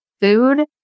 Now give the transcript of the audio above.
food